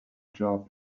job